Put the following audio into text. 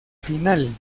final